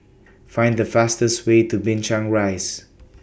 Find The fastest Way to Binchang Rise